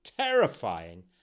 terrifying